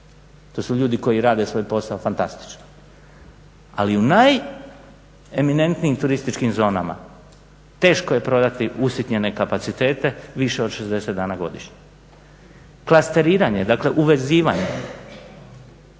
To su ljudi koji rade svoj posao fantastično. Ali u najeminentnijim turističkim zonama teško je prodati usitnjene kapacitete više od 60 dana godišnje. Klasteriranje dakle uvezivanje